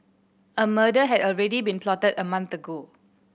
a murder had already been plotted a month ago